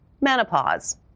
menopause